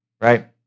right